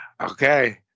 Okay